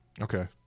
Okay